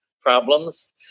problems